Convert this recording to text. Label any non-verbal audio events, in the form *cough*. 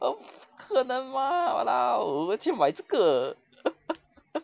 我不可能 mah !walao! 我们去买这个 *laughs*